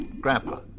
Grandpa